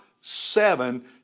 seven